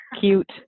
cute